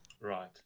right